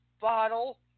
bottle